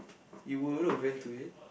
you would have went to it